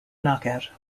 knockout